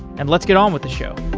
and let's get on with the show